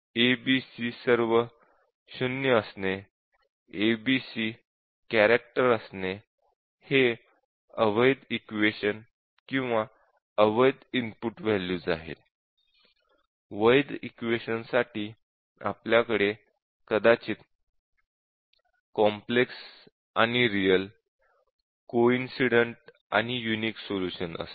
a b c सर्व 0 असणे a b c character असणे हे अवैध इक्वेश़न किंवा अवैध इनपुट वॅल्यूज आहेत वैध इक्वेश़नसाठी आपल्याकडे कदाचित कॉम्प्लेक्स आणि रिअल कोइनसिडेन्ट आणि यूनीक सोल्युशन्स असतील